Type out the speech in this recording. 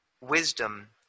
wisdom